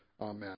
Amen